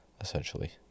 essentially